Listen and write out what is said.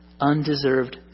Undeserved